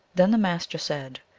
then the master said,